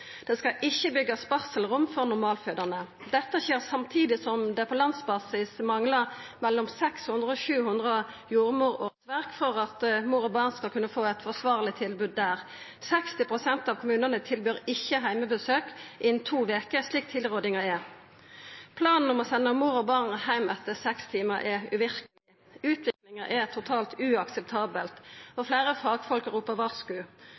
Det skal ikkje byggjast barselrom for normalfødande. Dette skjer samtidig som det på landsbasis manglar mellom 600 og 700 jordmorårsverk for at mor og barn skal kunna få eit forsvarleg tilbod. 60 pst. av kommunane tilbyr ikkje heimebesøk innan to veker, slik som tilrådinga er. Planen om å senda mor og barn heim etter seks timar er uverkeleg. Utviklinga er totalt uakseptabel, og fleire fagfolk ropar varsku.